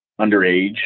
underage